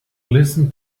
listen